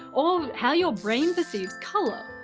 or how your brain perceives color.